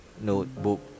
notebook